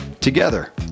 together